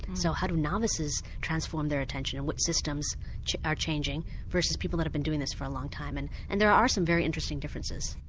so, how do novices transform their attention and which systems are changing versus people that have been doing this for a long time? and and there are some very interesting differences.